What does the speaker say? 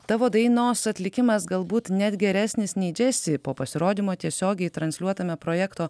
tavo dainos atlikimas galbūt net geresnis nei džesi po pasirodymo tiesiogiai transliuotame projekto